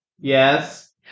Yes